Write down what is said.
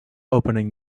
opening